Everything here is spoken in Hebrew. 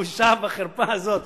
בושה וחרפה הזאת,